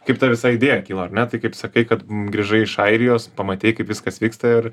kaip ta visa idėja kilo ar ne tai kaip sakai kad grįžai iš airijos pamatei kaip viskas vyksta ir